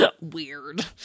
Weird